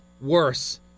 worse